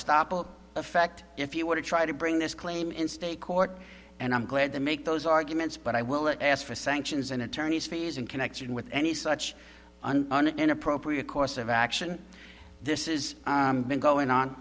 stoppel effect if you want to try to bring this claim in state court and i'm glad to make those arguments but i will ask for sanctions and attorney's fees in connection with any such an inappropriate course of action this is been going on